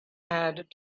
had